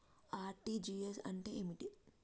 RTGS అంటే ఏమిటి?